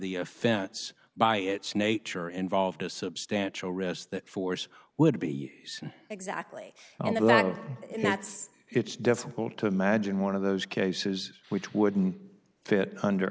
the offense by its nature involved a substantial risk that force would be exactly on the look in that's it's difficult to imagine one of those cases which wouldn't fit under